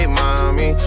mommy